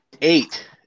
Eight